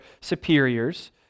superiors